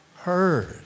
heard